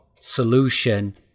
solution